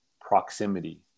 proximity